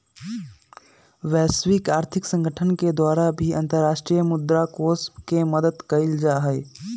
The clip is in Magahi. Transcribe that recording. वैश्विक आर्थिक संगठन के द्वारा भी अन्तर्राष्ट्रीय मुद्रा कोष के मदद कइल जाहई